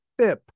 Bip